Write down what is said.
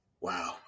wow